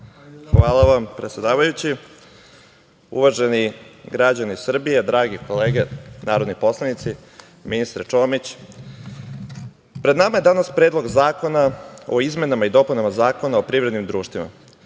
Hvala vam, predsedavajući. Uvaženi građani Srbije, drage kolege narodni poslanici, ministre Čomić, pred nama je danas Predlog zakona o izmenama i dopunama Zakona o privrednim društvima.